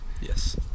Yes